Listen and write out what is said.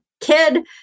kid